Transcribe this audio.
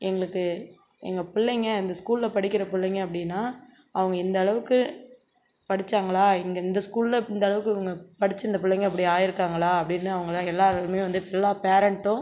எங்களுக்கு எங்கள் பிள்ளைங்கள் இந்த ஸ்கூலில் படிக்கிற பிள்ளங்க அப்படின்னா அவங்க எந்தளவுக்கு படிச்சாங்களா இங்கே இந்த ஸ்கூலில் இந்த அளவுக்கு இவங்க படித்து இந்த பிள்ளைங்க இப்படி ஆகிருக்காங்களா அப்படின்னு அவங்களா எல்லாருமே வந்து எல்லா பேரண்ட்டும்